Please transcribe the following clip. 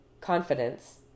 confidence